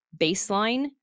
baseline